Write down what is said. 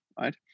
right